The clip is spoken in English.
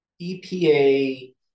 EPA